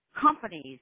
companies